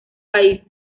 país